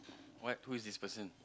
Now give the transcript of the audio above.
what who is this person